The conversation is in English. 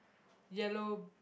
yellow